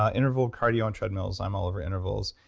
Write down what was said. ah interval cardio and treadmills. i'm all over intervals.